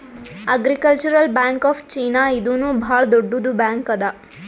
agricultural bank of China ಇದೂನು ಭಾಳ್ ದೊಡ್ಡುದ್ ಬ್ಯಾಂಕ್ ಅದಾ